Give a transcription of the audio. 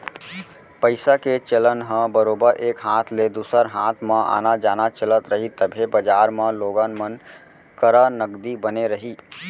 पइसा के चलन ह बरोबर एक हाथ ले दूसर हाथ म आना जाना चलत रही तभे बजार म लोगन मन करा नगदी बने रही